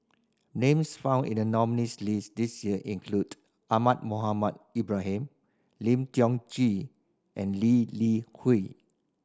names found in the nominees' list this year include Ahmad Mohamed Ibrahim Lim Tiong Ghee and Lee Li Hui